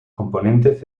componentes